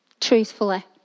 truthfully